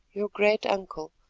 your great-uncle,